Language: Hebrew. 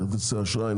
לכרטיסי אשראי,